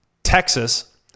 Texas